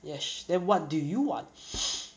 yes then what do you want